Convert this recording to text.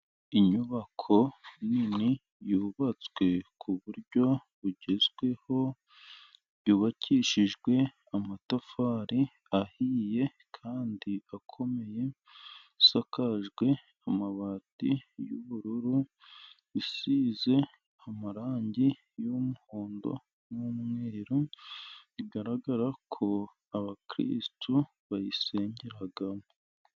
Inyubako nini yubatswe ku buryo bugezweho, yubakishijwe amatafari ahiye kandi akomeye, isakajwe amabati y'ubururu, isize amarangi y'umuhondo n'umweru, bigaragara ko abakirisitu bayisengeramo.